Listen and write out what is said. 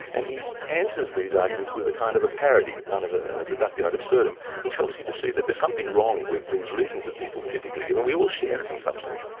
and he answers these arguments with a kind of a parody, a kind of reductio ad absurdum which helps you to see that there's something wrong with these reasons that people typically, and we all share it in some sense.